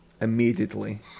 immediately